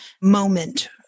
moment